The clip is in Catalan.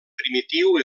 primitiu